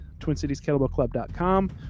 TwinCitiesKettlebellClub.com